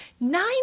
Nine